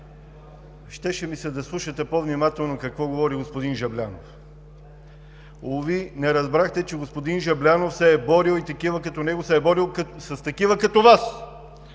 Щеше ми се да слушате по-внимателно какво говори господин Жаблянов. Уви, не разбрахте, че господин Жаблянов се е борил и такива като него са се борили с такива като Вас!